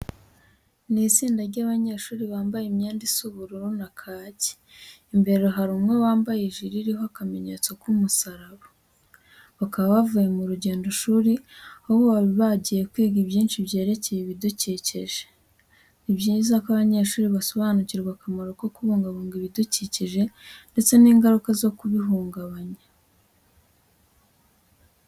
Ni itsinda ry'abanyeshuri bambaye imyenda isa ubururu na kake, imbere hari umwe wambaye ijire iriho akamenyetso k'umusaraba. Bakaba bavuye mu rugendoshuri aho bari bagiye kwiga byinshi byerekeye ibidukikije. Ni byiza ko abanyeshuri basobanirirwa akamaro ko kubungabunga ibidukikije ndetse n'ingaruka zo kubihungabanya.